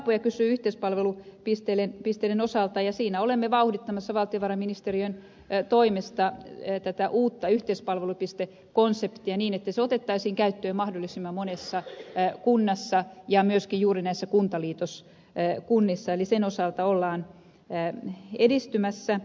haapoja kysyi yhteispalvelupisteiden osalta ja siinä olemme vauhdittamassa valtiovarainministeriön toimesta tätä uutta yhteispalvelupistekonseptia niin että se otettaisiin käyttöön mahdollisimman monessa kunnassa ja myöskin juuri näissä kuntaliitoskunnissa eli sen osalta ollaan edistymässä